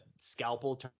Scalpel